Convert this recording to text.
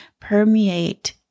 permeate